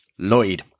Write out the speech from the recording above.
Lloyd